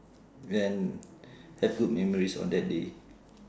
then have good memories on that day